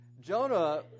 Jonah